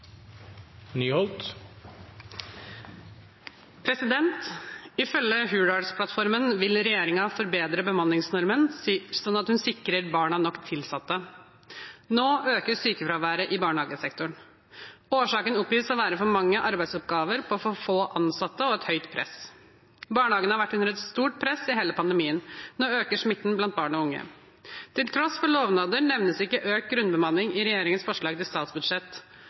Hurdalsplattformen vil regjeringa «Forbetre bemanningsnorma slik at ho sikrar barna nok tilsette». Nå øker sykefraværet i barnehagesektoren. Årsaken oppgis å være for mange arbeidsoppgaver på for få ansatte og et høyt press. Barnehagene har vært under stort press i hele pandemien. Nå øker smitten blant barn og unge. Til tross for lovnader nevnes ikke økt grunnbemanning i regjeringens forslag til statsbudsjett.